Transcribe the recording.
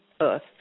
Earth